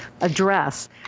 address